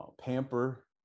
pamper